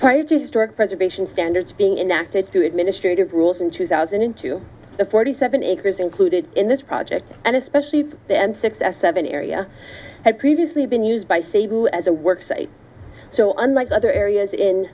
prior to historic preservation standards being enacted to administrative rules in two thousand in two the forty seven acres included in this project and especially the m six s seven area had previously been used by saving as a work site so unlike other areas in